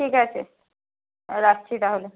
ঠিক আছে রাখছি তাহলে